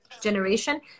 generation